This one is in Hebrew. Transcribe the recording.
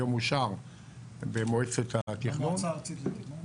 היום אושר במועצת התכנון